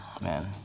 man